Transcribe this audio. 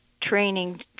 Training